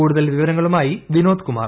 കൂടുതൽ വിവരങ്ങളുമായി വിന്റോദ്ദ് കു്മാർ